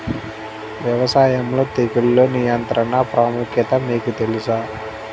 వ్యవసాయంలో తెగుళ్ల నియంత్రణ ప్రాముఖ్యత మీకు తెలుసా?